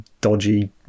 dodgy